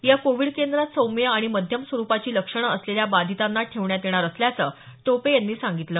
या कोविड केंद्रात सौम्य आणि मध्यम स्वरुपाची लक्षणं असलेल्या बाधितांना ठेवण्यात येणार असल्याचं टोपे यांनी यावेळी सांगितलं